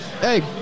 hey